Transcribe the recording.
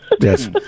Yes